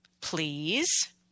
Please